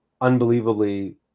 unbelievably